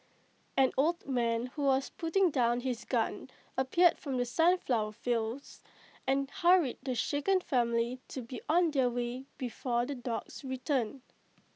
an old man who was putting down his gun appeared from the sunflower fields and hurried the shaken family to be on their way before the dogs return